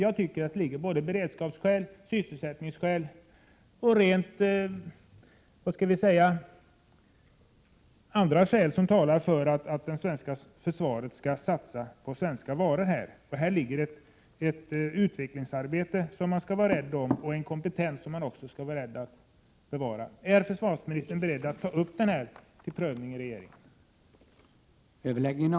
Jag tycker att beredskapsskäl, sysselsättningsskäl och andra skäl talar för att det svenska försvaret skall satsa på svenska varor. Här handlar det om ett utvecklingsarbete och en kompetens som man skall vara rädd om och bevara. Är försvarsministern beredd att ta upp den här frågan till prövning i regeringen?